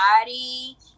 body